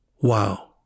Wow